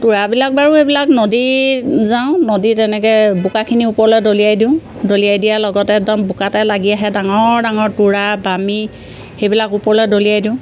তোৰাবিলাক বাৰু এইবিলাক নদী যাওঁ নদী তেনেকে বোকাখিনি ওপৰলৈ দলিয়াই দিওঁ দলিয়াই দিয়াৰ লগতে একদম বোকাতে লাগি আহে ডাঙৰ ডাঙৰ তোৰা বামি সেইবিলাক ওপৰলৈ দলিয়াই দিওঁ